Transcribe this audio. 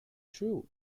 true